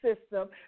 system